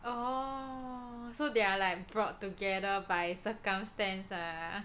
oh so they are like brought together by circumstance ah